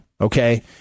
okay